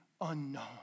unknown